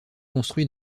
construit